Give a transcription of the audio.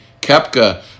Kepka